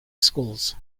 schools